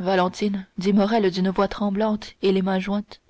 valentine dit morrel d'une voix tremblante et les mains jointes